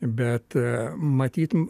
bet matyt